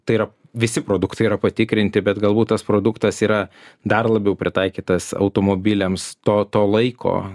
tai yra visi produktai yra patikrinti bet galbūt tas produktas yra dar labiau pritaikytas automobiliams to to laiko